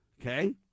Okay